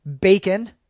bacon